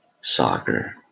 soccer